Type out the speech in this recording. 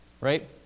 right